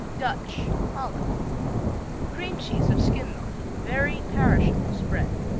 dutch holland cream cheese of skim milk, very perishable spread.